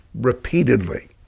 repeatedly